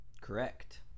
Correct